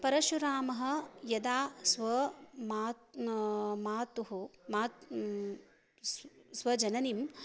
परशुरामः यदा स्व मातुः मातुः माता स्वजननिं